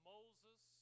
Moses